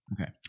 Okay